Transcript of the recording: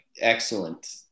excellent